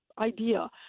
idea